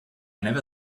never